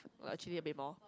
or actually a bit more